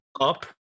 up